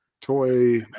toy